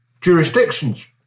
jurisdictions